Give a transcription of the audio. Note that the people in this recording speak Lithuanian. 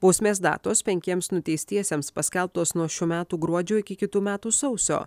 bausmės datos penkiems nuteistiesiems paskelbtos nuo šių metų gruodžio iki kitų metų sausio